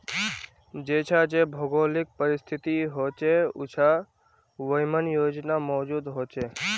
जेछां जे भौगोलिक परिस्तिथि होछे उछां वहिमन भोजन मौजूद होचे